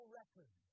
record